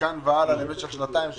מכאן והלאה למשך שנתיים שלוש?